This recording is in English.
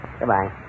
Goodbye